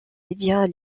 médias